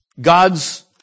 God's